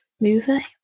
movie